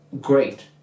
great